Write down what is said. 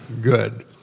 good